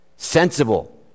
Sensible